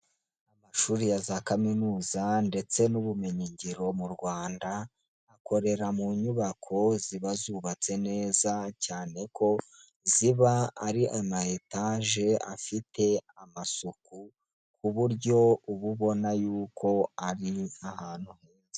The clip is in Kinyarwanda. Amashuri ya za kaminuza ndetse n'ubumenyin ngiro mu Rwanda, akorera mu nyubako ziba zubatse neza cyane, kuko ziba ari etaje afite amasuku, ku buryo uba ubona y'uko ari ahantu heza.